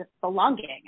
belonging